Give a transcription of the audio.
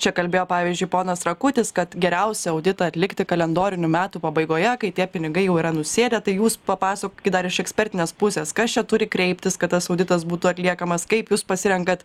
čia kalbėjo pavyzdžiui ponas rakutis kad geriausia auditą atlikti kalendorinių metų pabaigoje kai tie pinigai jau yra nusėdę tai jūs papasakokit dar iš ekspertinės pusės kas čia turi kreiptis kad tas auditas būtų atliekamas kaip jūs pasirenkat